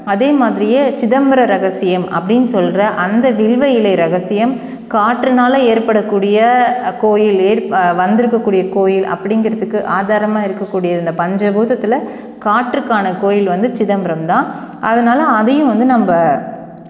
அதேமாதிரியே சிதம்பர ரகசியம் அப்படின்னு சொல்கிற அந்த வில்வ இலை ரகசியம் காற்றுனால் ஏற்படக்கூடிய கோயில் ஏற் வந்திருக்கக்கூடிய கோயில் அப்படிங்கிறத்துக்கு ஆதாரமாக இருக்கக்கூடிய இந்த பஞ்சபூதத்தில் காற்றுக்கான கோயில் வந்து சிதம்பரம் தான் அதனால் அதையும் வந்து நம்ம